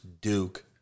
Duke